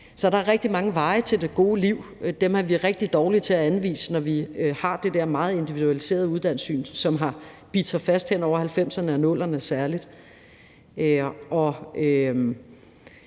Så der er rigtig mange veje til det gode liv, og dem er vi rigtig dårlige til at anvise, når vi har det der meget individualiserede uddannelsessyn, som har bidt sig fast særlig hen over 1990'erne og 00'erne. Så